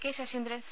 K Saseendran C